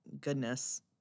goodness